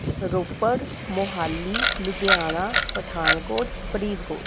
Ropar Mohali Ludhiana Pathankot Faridkot